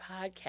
podcast